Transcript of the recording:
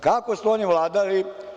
Kako su oni vladali?